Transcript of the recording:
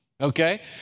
okay